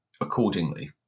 accordingly